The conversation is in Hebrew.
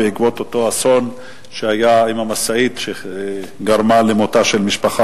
בעקבות אותו אסון של המשאית שגרמה למותה של משפחה